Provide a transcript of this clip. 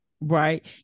Right